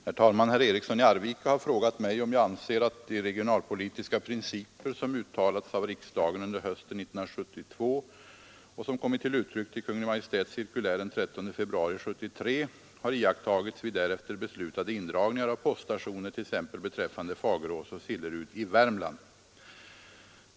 Herr talman! Herr Eriksson i Arvika har frågat mig om jag anser att de regionalpolitiska principer, som uttalats i riksdagen under hösten 1972 och som kommit till uttryck i Kungl. Maj:ts cirkulär den 13 februari 1973, har iakttagits vid därefter beslutade indragningar av poststationer, t.ex. beträffande Fagerås och Sillerud i Värmland.